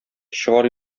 чыгар